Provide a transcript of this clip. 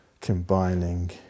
combining